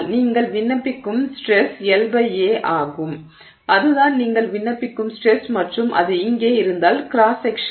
நீங்கள் விண்ணப்பிக்கும் stress LA ஆகும் அதுதான் நீங்கள் விண்ணப்பிக்கும் ஸ்ட்ரெஸ் மற்றும் அது இங்கே இருந்தால் கிராஸ் செக்க்ஷன்